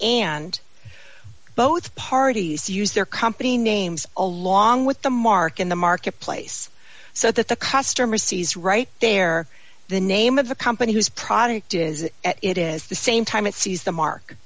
and both parties use their company names along with the mark in the marketplace so that the customer sees right there the name of the company whose product is at it as the same time it sees the mark